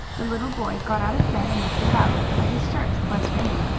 the little boy got out of bed and looked about, but his search was vain.